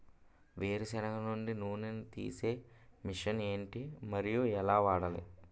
వేరు సెనగ నుండి నూనె నీ తీసే మెషిన్ ఏంటి? మరియు ఎలా వాడాలి?